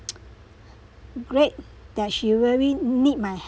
great that she really need my